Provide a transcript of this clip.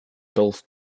golf